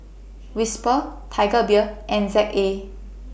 Whisper Tiger Beer and Z A